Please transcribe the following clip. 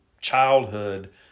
childhood